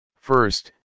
First